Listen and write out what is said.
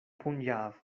punjab